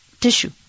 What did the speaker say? tissue